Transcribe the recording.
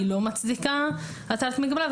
היא לא מצדיקה הטלת מגבלה,